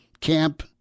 camp